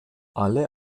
alle